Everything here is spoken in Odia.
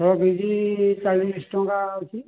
ପୁଟଳ କେଜି ଚାଳିଶଟଙ୍କା ଅଛି